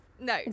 No